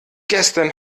gestern